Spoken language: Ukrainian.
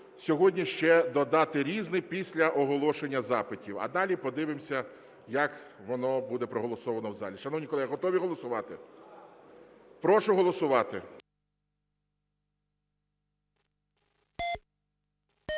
сьогодні ще додати "Різне" після оголошення запитів, а далі подивимося, як воно буде проголосовано в залі. Шановні колеги, готові голосувати? Прошу голосувати.